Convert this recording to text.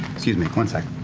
excuse me, one sec.